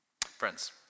Friends